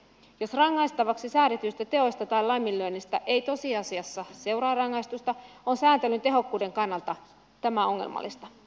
jos rangaistavaksi säädetyistä teoista tai laiminlyönneistä ei tosiasiassa seuraa rangaistusta on sääntelyn tehokkuuden kannalta tämä ongelmallista